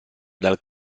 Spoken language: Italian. dal